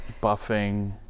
buffing